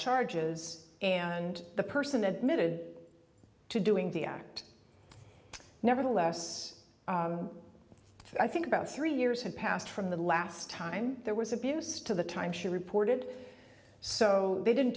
charges and the person admitted to doing the act nevertheless i think about three years had passed from the last time there was abuse to the time she reported so they didn't